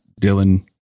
Dylan